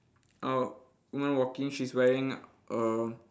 uh one walking she's wearing err